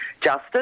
justice